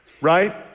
right